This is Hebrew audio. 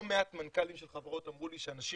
לא מעט מנכ"לים של חברות אמרו לי שהנשים